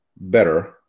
Better